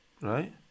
right